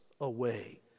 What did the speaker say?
away